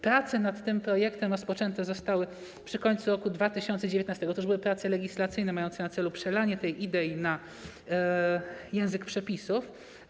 Prace nad tym projektem rozpoczęte zostały w końcu roku 2019, to już były prace legislacyjne mające na celu przelanie tej idei na język przepisów.